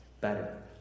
better